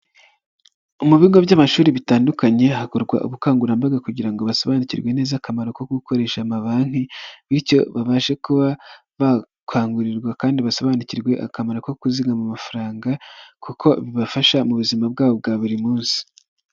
Mu bigo by'amashuri bitandukanye, hakorwa ubukangurambaga kugira ngo basobanukirwe neza akamaro ko gukoresha amabanki bityo babashe kuba bakangurirwa kandi basobanukirwe akamaro ko kuzigama amafaranga kuko bibafasha mu buzima bwabo bwa buri munsi.